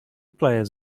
players